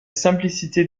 simplicité